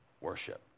worship